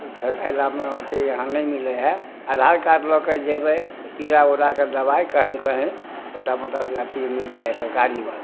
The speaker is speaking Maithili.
सरकारी लाभमे ओते यहाँ नहि मिलै हइ आधार कार्ड लऽके जेबै तऽ कीड़ा उड़ाके दबाइ कहीॅं कहीॅं छोटा मोटा जे अथी मिल जाइ ह इ सरकारीबला